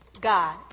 God